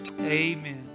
Amen